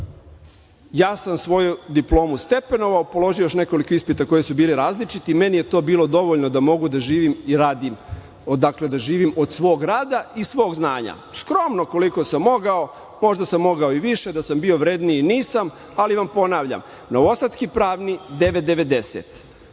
ja sam svoju diplomu stepenovao, položio još nekoliko ispita koji su bili različiti, meni je to bilo dovoljno da mogu da živim i radim, odakle da živim od svog rad i svog znanja. Skromno, koliko sam mogao, možda sam mogao i više da sam bio vredniji, nisam, ali vam ponavljam. Novosadski pravni, 9,90.